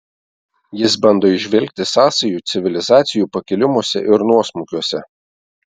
jis bando įžvelgti sąsajų civilizacijų pakilimuose ir nuosmukiuose